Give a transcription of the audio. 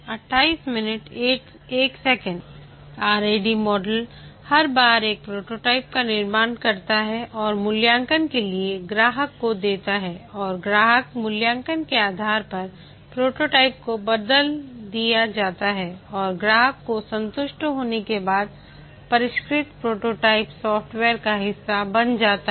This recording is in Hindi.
RAD मॉडल हर बार एक प्रोटोटाइप का निर्माण करता है और मूल्यांकन के लिए ग्राहक को देता है और ग्राहक मूल्यांकन के आधार पर प्रोटोटाइप को बदल दिया जाता है और ग्राहक को संतुष्ट होने के बाद परिष्कृत प्रोटोटाइप सॉफ्टवेयर का हिस्सा बन जाता है